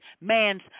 man's